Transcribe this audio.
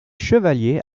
chevalier